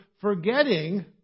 forgetting